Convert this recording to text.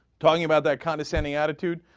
talking about that kind of sammy attitude